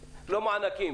שתפצה, לא מענקים.